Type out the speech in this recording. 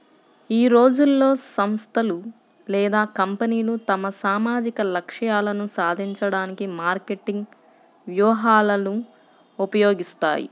ఈ రోజుల్లో, సంస్థలు లేదా కంపెనీలు తమ సామాజిక లక్ష్యాలను సాధించడానికి మార్కెటింగ్ వ్యూహాలను ఉపయోగిస్తాయి